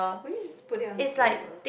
why you just put it on table